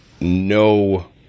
no